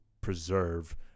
Preserve